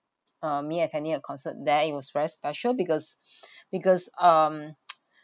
uh me attending a concert that it was very special because because um